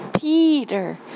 Peter